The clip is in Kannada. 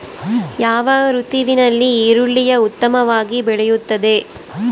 ಯಾವ ಋತುವಿನಲ್ಲಿ ಈರುಳ್ಳಿಯು ಉತ್ತಮವಾಗಿ ಬೆಳೆಯುತ್ತದೆ?